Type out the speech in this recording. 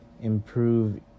improve